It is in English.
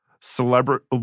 celebrity